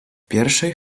pierwszej